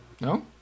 No